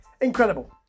Incredible